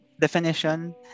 definition